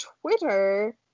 Twitter